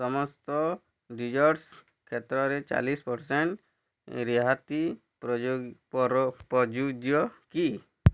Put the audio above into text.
ସମସ୍ତ ଡେଜର୍ଟ୍ସ୍ କ୍ଷେତ୍ରରେ ଚାଳିଶ ପେରସେଣ୍ଟ ରିହାତି ପ୍ରଯୁଜ୍ୟ କି